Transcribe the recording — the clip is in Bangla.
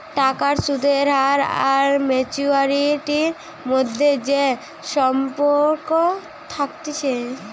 টাকার সুদের হার আর ম্যাচুয়ারিটির মধ্যে যে সম্পর্ক থাকতিছে